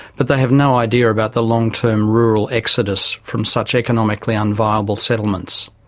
but they have no idea about the long-term rural exodus from such economically unviable settlements.